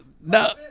No